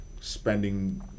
spending